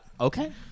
okay